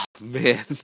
man